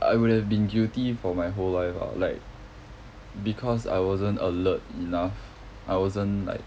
I would have been guilty for my whole life ah like because I wasn't alert enough I wasn't like